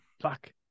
Fuck